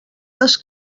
les